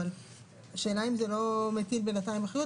אבל השאלה אם זה לא מטיל בינתיים אחריות.